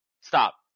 Stop